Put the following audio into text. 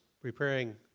preparing